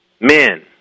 men